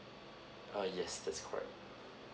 err yes that's correct